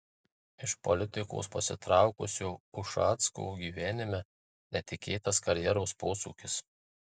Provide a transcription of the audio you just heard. iš politikos pasitraukusio ušacko gyvenime netikėtas karjeros posūkis